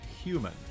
human